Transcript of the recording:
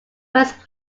first